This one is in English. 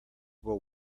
will